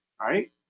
right